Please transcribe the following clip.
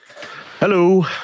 Hello